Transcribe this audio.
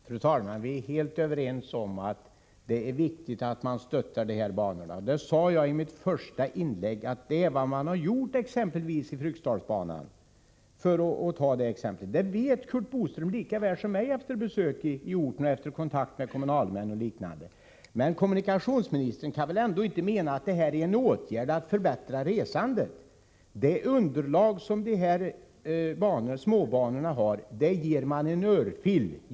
Fru talman! Vi är helt överens om att det är viktigt att man stöttar de här banorna. Jag sade också i mitt första inlägg att det är vad man gjort när det gäller Fryksdalsbanan, för att ta den som exempel. Det vet Curt Boström lika väl som jag efter besök i trakten och efter kontakt med kommunalmän och andra. Men kommunikationsministern kan väl ändå inte mena att SJ:s åtgärder medverkar till att förbättra resandet?